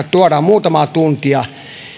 tuodaan muutamaa tuntia